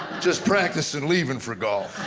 just practicing leaving for golf.